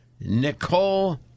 Nicole